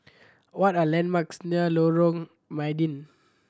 what are landmarks near Lorong Mydin